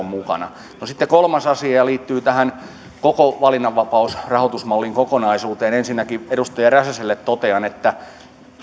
ovat mukana no sitten kolmas asia liittyy tähän koko valinnanvapausrahoitusmallin kokonaisuuteen ensinnäkin edustaja räsäselle totean että